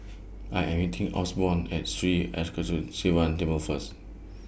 I Am meeting Osborne At Sri Arasakesari Sivan Temple First